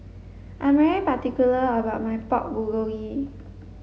I am particular about my Pork Bulgogi